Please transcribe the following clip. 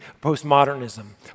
post-modernism